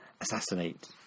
assassinate